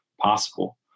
possible